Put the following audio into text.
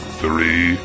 three